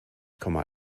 komma